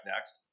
next